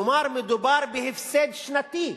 כלומר מדובר בהפסד שנתי,